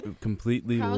completely